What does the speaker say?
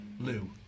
Lou